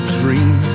dream